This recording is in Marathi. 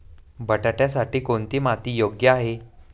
बटाट्यासाठी कोणती माती योग्य आहे?